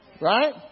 Right